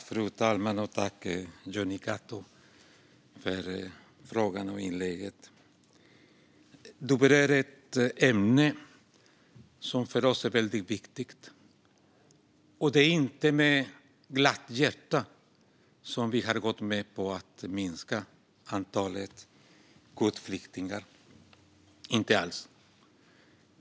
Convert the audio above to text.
Fru talman! Tack, Jonny Cato, för frågan och inlägget! Du berör ett ämne som för oss är väldigt viktigt. Det är inte med glatt hjärta vi har gått med på att minska antalet kvotflyktingar - inte alls.